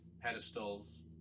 pedestals